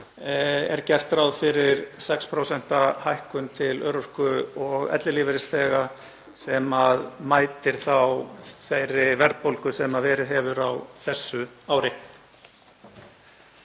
er gert ráð fyrir 6% hækkun til örorku- og ellilífeyrisþega sem mætir þá þeirri verðbólgu sem verið hefur á þessu ári.